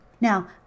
Now